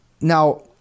Now